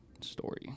story